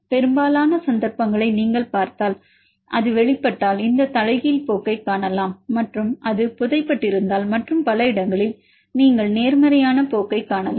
பெரும்பாலான சந்தர்ப்பங்களை நீங்கள் பார்த்தால் அது வெளிப்பட்டால் இந்த தலைகீழ் போக்கைக் காணலாம் மற்றும் அது புதை பட்டிருந்தால் மற்றும் பல இடங்களில் நீங்கள் நேர்மறையான போக்கைக் காணலாம்